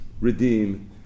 redeem